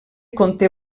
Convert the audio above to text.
conté